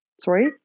Sorry